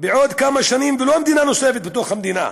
בעוד כמה שנים, ולא במדינה נוספת בתוך המדינה.